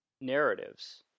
narratives